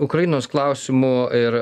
ukrainos klausimų ir